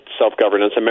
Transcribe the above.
self-governance